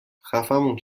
خفهمون